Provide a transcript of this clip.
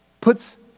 puts